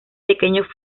pequeños